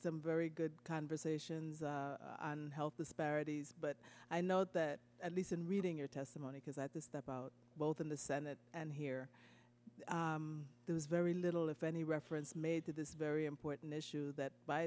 some very good conversations on health disparities but i know that at least in reading your testimony because i was that about both in the senate and here there was very little if any reference made to this very important issue that by